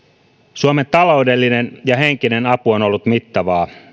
suomen taloudellinen ja henkinen apu on ollut mittavaa